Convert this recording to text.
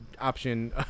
option